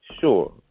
Sure